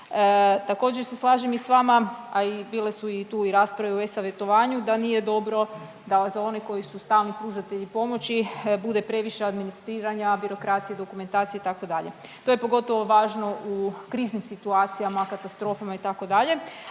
Također se slažem i s vama, a i bile su i tu i rasprave u e-savjetovanju da nije dobro da za one koji su stalni pružatelji pomoći bude previše administriranja, birokracije, dokumentacije itd. To je pogotovo važno u kriznim situacijama katastrofama itd.